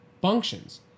functions